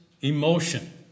emotion